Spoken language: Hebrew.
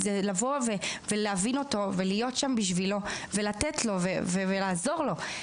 אלא לבוא ולהבין אותו ולהיות שם בשבילו ולתת לו ולעזור לו.